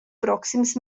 proxims